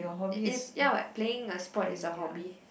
it is ya what playing a sport is a hobby